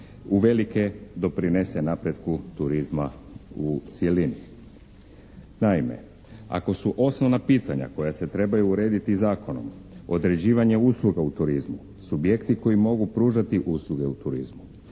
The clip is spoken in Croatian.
uvelike doprinese napretku turizma u cjelini. Ako su osnovna pitanja koja se trebaju urediti ovim zakonom određivanje usluga u turizmu, subjekti koji mogu pružati usluge u turizmu,